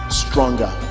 stronger